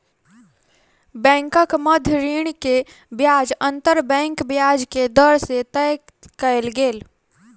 बैंकक मध्य ऋण के ब्याज अंतर बैंक ब्याज के दर से तय कयल गेल